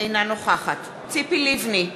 אינה נוכחת ציפי לבני,